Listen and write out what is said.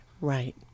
Right